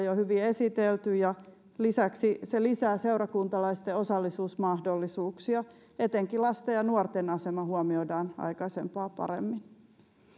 jo hyvin esitelty ja lisäksi se lisää seurakuntalaisten osallisuusmahdollisuuksia etenkin lasten ja nuorten asema huomioidaan aikaisempaa paremmin